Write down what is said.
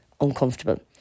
uncomfortable